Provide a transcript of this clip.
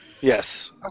Yes